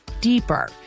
deeper